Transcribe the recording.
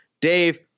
Dave